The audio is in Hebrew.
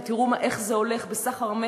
ותראו איך זה הולך בסחר-מכר,